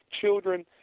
children